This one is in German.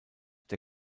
der